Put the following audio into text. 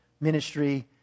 ministry